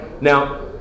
Now